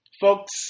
Folks